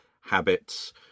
habits